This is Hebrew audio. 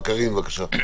קארין, בבקשה.